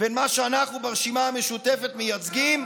בין מה שאנחנו ברשימה המשותפת מייצגים,